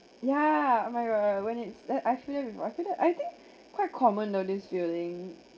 yeah oh my god when it's I I feel you know I feel that I think quite common know this feeling